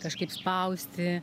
kažkaip spausti